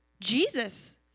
Jesus